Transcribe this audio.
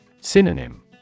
Synonym